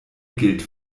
gilt